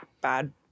bad